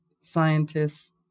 scientists